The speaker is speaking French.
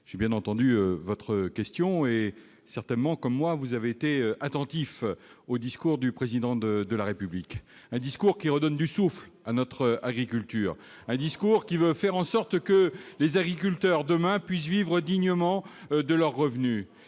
j'ai bien entendu votre question est certainement comme moi, vous avez été attentif au discours du président de de la République, un discours qui redonne du souffle à notre agriculture, un discours qui veut faire en sorte que les agriculteurs demain puissent vivre dignement de leur revenu